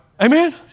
Amen